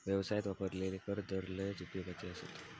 व्यवसायात वापरलेले कर दर लयच उपयोगाचे आसत